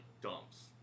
dumps